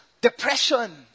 depression